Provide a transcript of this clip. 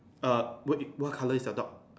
err what you what color is your dog